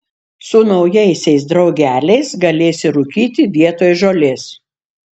su naujaisiais draugeliais galėsi rūkyti vietoj žolės